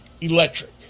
electric